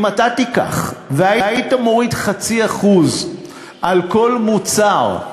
אם אתה תיקח ותוריד 0.5% על כל מוצר,